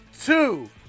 two